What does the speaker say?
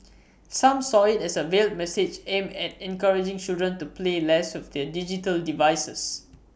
some saw IT as A veiled message aimed at encouraging children to play less with their digital devices